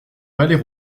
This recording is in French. palais